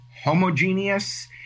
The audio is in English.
homogeneous